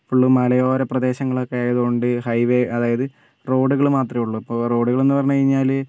ഫുള്ളും മലയോര പ്രദേശങ്ങളൊക്കെ ആയതുകൊണ്ട് ഹൈവേ അതായത് റോഡുകൾ മാത്രമേ ഉള്ളു ഇപ്പോൾ റോഡുകളെന്ന് പറഞ്ഞ് കഴിഞ്ഞാൽ